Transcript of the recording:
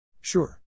Sure